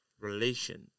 relation